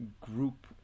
group